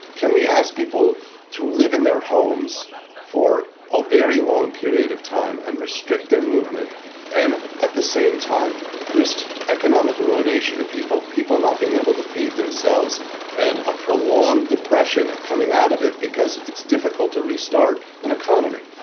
can we ask people to live in their homes for a very long period of time and restrict their movement and at the same time risk economic ruination of people, people not being able to feed themselves and a prolonged depression coming out of it because it's difficult to restart an economy.